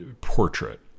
portrait